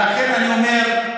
ולכן אני אומר,